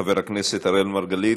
חבר הכנסת אראל מרגלית,